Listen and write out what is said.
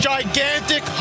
Gigantic